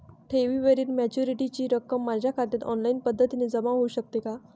ठेवीवरील मॅच्युरिटीची रक्कम माझ्या खात्यात ऑनलाईन पद्धतीने जमा होऊ शकते का?